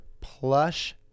plush